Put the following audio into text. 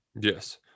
Yes